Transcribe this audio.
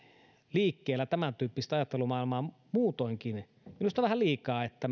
liikkeellä tämäntyyppistä ajattelumaailmaa muutoinkin minusta vähän liikaa että